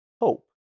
hope